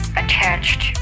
attached